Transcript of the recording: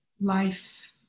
life